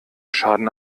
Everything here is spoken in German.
schaden